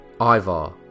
Ivar